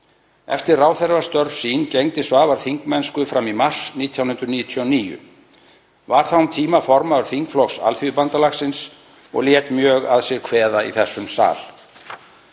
Eftir ráðherrastörf sín gegndi Svavar þingmennsku fram í mars 1999, var þá um tíma formaður þingflokks Alþýðubandalagsins og lét mjög að sér kveða í þessum sal.